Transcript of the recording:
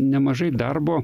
nemažai darbo